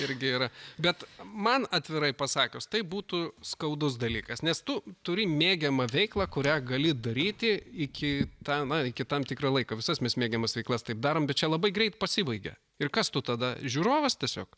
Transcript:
irgi yra bet man atvirai pasakius tai būtų skaudus dalykas nes tu turi mėgiamą veiklą kurią gali daryti iki tą na iki tam tikra laika visas mes mėgiamas veiklas taip darom bet čia labai greit pasibaigia ir kas tu tada žiūrovas tiesiog